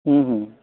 ᱦᱩᱸ ᱦᱩᱸ